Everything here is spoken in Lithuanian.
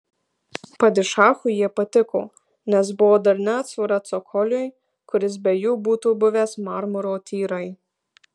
padišachui jie patiko nes buvo darni atsvara cokoliui kuris be jų būtų buvęs marmuro tyrai